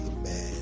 amen